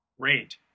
great